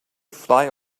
fly